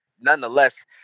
nonetheless